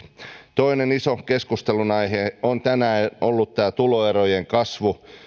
toinen iso keskustelunaihe on tänään ollut tämä tuloerojen kasvu